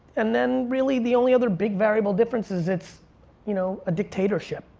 and then really, the only other big variable difference is it's you know a dictatorship,